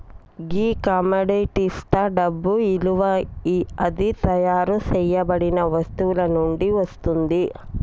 గీ కమొడిటిస్తా డబ్బు ఇలువ అది తయారు సేయబడిన వస్తువు నుండి వస్తుంది